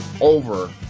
over